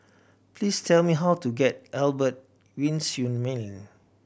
please tell me how to get Albert Winsemius Lane